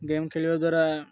game ଖେଳିବା ଦ୍ୱାରା